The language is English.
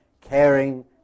caring